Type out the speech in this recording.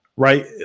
right